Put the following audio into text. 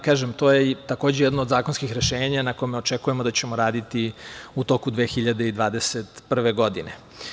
Kažem, to je takođe jedno od zakonskih rešenja na kojem očekujemo da ćemo raditi u toku 2021. godine.